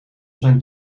zijn